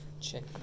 Check